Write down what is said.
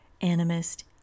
animist